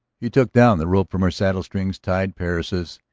he took down the rope from her saddle strings, tied persis,